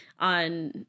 On